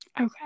Okay